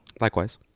Likewise